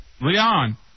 Leon